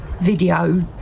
video